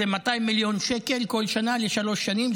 זה 200 מיליון שקל כל שנה לשלוש שנים,